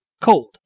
Cold